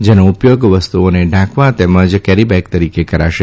જેનો ઉપયોગ વસ્તુઓને ઢાંકવા તેમજ કેરી બેગ તરીકે કરાશે